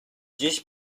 dziś